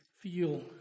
feel